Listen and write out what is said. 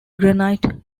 granite